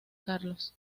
carlos